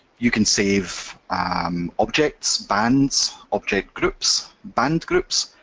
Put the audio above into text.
you can save um objects, bands, object groups, band groups,